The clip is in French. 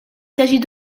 s’agit